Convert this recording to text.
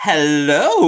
Hello